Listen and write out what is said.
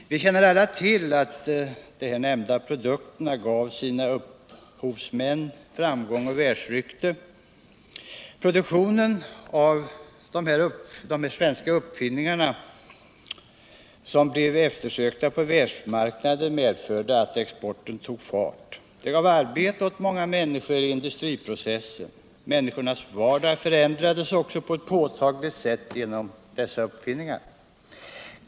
Vi känner alla till att de nämnda produkterna gav sina upphovsmän framgång och världsrykte. Produktionen av dessa svenska uppfinningar, som blev eftersökta på världsmarknaden, medförde att exporten tog fart. Det gav arbete åt många människor i industriprocessen. Människornas vardag förändrades också på ett påtagligt sätt genom dessa uppfinningar.